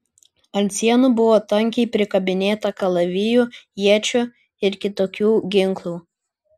ant sienų buvo tankiai prikabinėta kalavijų iečių ir kitokių ginklų